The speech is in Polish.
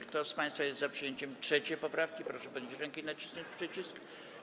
Kto z państwa jest za przyjęciem 3. poprawki, proszę podnieść rękę i nacisnąć przycisk.